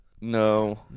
No